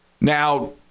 Now